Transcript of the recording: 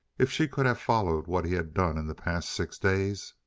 if she could have followed what he had done in the past six days!